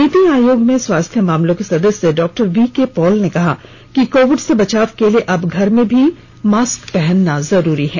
नीति आयोग में स्वास्थ्य मामलों के सदस्य डॉ वीके पॉल ने कहा कि कोविड से बचाव के लिए अब घर में भी मास्क पहनना जरूरी है